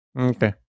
Okay